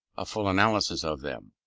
a full analysis of them.